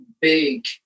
big